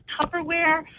Tupperware